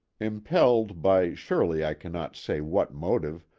impelled by surely i cannot say what motive,